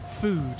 food